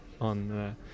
on